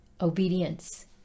obedience